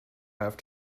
have